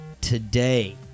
today